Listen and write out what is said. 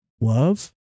love